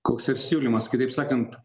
koks ir siūlymas kitaip sakant